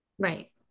Right